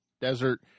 desert –